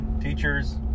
Teachers